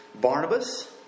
Barnabas